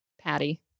Patty